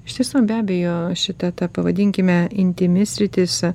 iš tiesų be abejo ši ta ta pavadinkime intymi sritis